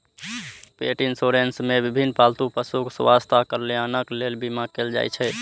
पेट इंश्योरेंस मे विभिन्न पालतू पशुक स्वास्थ्य आ कल्याणक लेल बीमा कैल जाइ छै